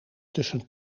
tussen